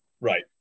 Right